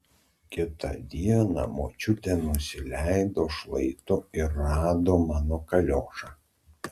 kitą dieną močiutė nusileido šlaitu ir rado mano kaliošą